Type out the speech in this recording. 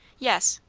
yes.